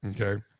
Okay